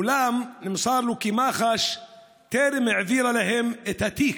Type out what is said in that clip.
אולם נמסר לו כי מח"ש טרם העבירה להם את התיק.